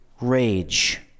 rage